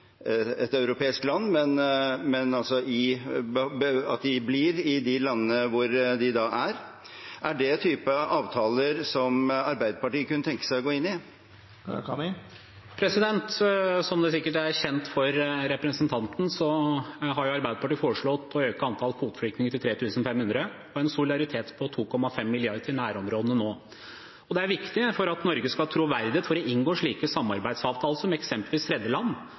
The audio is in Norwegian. at de blir i de landene hvor de er. Er det en type avtale som Arbeiderpartiet kunne tenke seg å inngå? Arbeiderpartiet har, noe som sikkert er kjent for representanten Thommessen, foreslått å øke antallet kvoteflyktninger til 3 500 og en solidaritetspott på 2,5 mrd. kr til nærområdene nå. Det er viktig for at Norge skal ha troverdighet til å inngå slike samarbeidsavtaler som med f.eks. tredjeland,